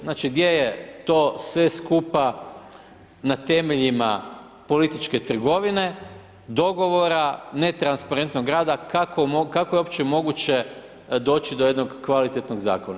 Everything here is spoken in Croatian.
Znači gdje je to sve skupa na temeljima političke trgovine, dogovora, netransparentnog rada kako je uopće moguće doći do jednog kvalitetnog zakona.